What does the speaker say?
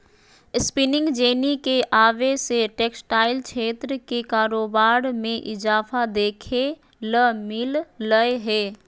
spinning jenny के आवे से टेक्सटाइल क्षेत्र के कारोबार मे इजाफा देखे ल मिल लय हें